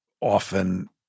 often